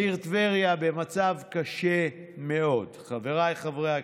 העיר טבריה במצב קשה מאוד, חבריי חברי הכנסת.